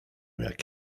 jak